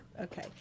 Okay